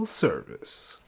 service